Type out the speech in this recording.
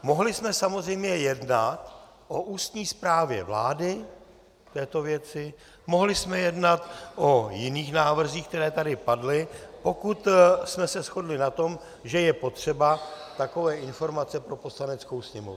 Mohli jsme samozřejmě jednat o ústní zprávě vlády k této věci, mohli jsme jednat o jiných návrzích, které tady padly, pokud jsme se shodli na tom, že je potřeba takové informace pro Poslaneckou sněmovnu.